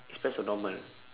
express or normal